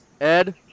Ed